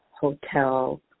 hotel